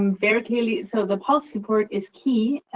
um very clearly so, the policy part is key.